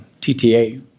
TTA